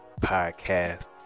podcast